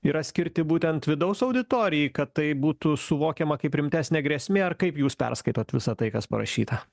yra skirti būtent vidaus auditorijai kad tai būtų suvokiama kaip rimtesnė grėsmė ar kaip jūs perskaitot visą tai kas parašyta